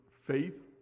faith